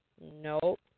Nope